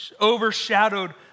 overshadowed